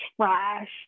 trash